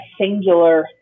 singular